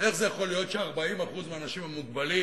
איך זה יכול להיות ש-40% מהאנשים המוגבלים